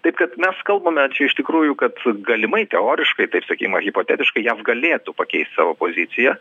taip kad mes kalbame čia iš tikrųjų kad galimai teoriškai taip sakykim hipotetiškai jav galėtų pakeist savo poziciją